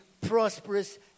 prosperous